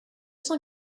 cent